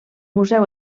museu